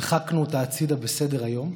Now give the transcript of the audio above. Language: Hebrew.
דחקנו אותה הצידה מסדר-היום,